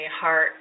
heart